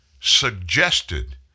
suggested